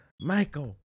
Michael